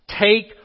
Take